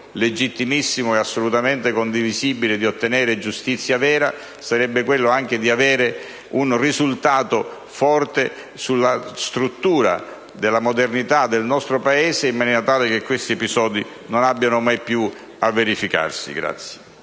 legittimo e assolutamente condivisibile di ottenere giustizia vera, sarebbe anche quello di avere un risultato forte in ordine alla struttura della modernità del nostro Paese, in maniera tale che questi episodi non abbiano mai più a verificarsi.